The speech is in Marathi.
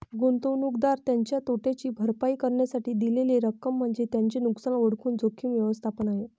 गुंतवणूकदार त्याच्या तोट्याची भरपाई करण्यासाठी दिलेली रक्कम म्हणजे त्याचे नुकसान ओळखून जोखीम व्यवस्थापन आहे